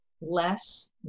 less